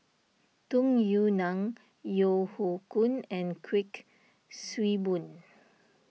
Tung Yue Nang Yeo Hoe Koon and Kuik Swee Boon